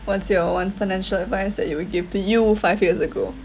what's your one financial advice that you would give to you five years ago